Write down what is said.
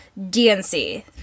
DNC